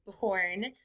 born